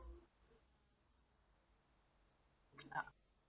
ya